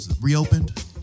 reopened